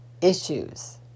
issues